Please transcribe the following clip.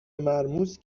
مرموز